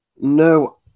No